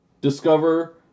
discover